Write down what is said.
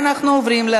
22 חברי כנסת,